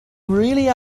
really